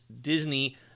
Disney